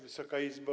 Wysoka Izbo!